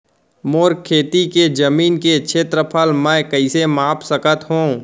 मोर खेती के जमीन के क्षेत्रफल मैं कइसे माप सकत हो?